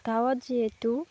গাঁৱত যিহেতু